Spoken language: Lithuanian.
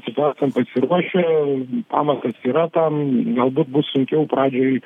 situacijom pasiruošę pamatas yra tam galbūt bus sunkiau pradžioj